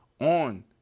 on